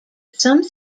some